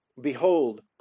Behold